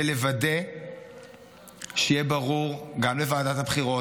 ולוודא שיהיה ברור גם לוועדת הבחירות,